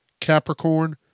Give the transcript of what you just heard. Capricorn